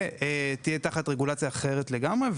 ותהיה תחת רגולציה אחרת לגמרי.